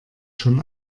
schon